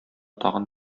тагын